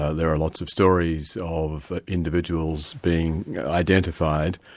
ah there are lots of stories of individuals being identified.